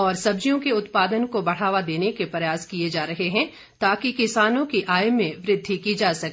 और सब्जियों के उत्पादन को बढ़ावा देने के प्रयास किए जा रहे हैं ताकि किसानों की आय में वृद्धि की जा सके